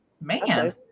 Man